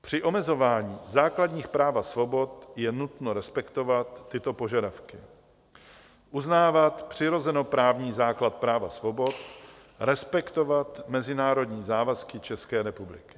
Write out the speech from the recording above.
Při omezování základních práv a svobod je nutno respektovat tyto požadavky: uznávat přirozenoprávní základ práv a svobod, respektovat mezinárodní závazky České republiky.